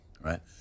right